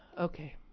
Okay